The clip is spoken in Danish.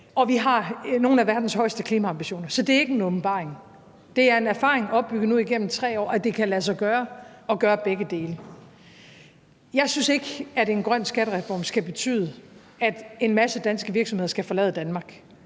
og vi har nogle af verdens højeste klimaambitioner. Så det er ikke en åbenbaring. Det er en erfaring opbygget igennem nu 3 år, at det kan lade sig gøre at gøre begge dele. Jeg synes ikke, at en grøn skattereform skal betyde, at en masse danske virksomheder skal forlade Danmark.